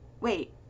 wait